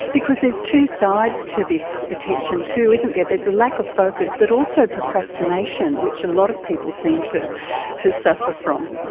because there's two sides to this attention too, isn't there, there's a lack of focus but also procrastination, which a lot of people seem to to suffer from.